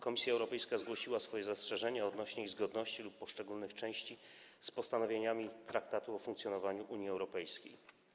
Komisja Europejska zgłosiła swoje zastrzeżenia odnośnie do jej zgodności lub poszczególnych jej części z postanowieniami Traktatu o funkcjonowaniu Unii Europejskiej.